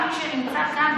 גם כשזה מוצג כאן,